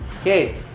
Okay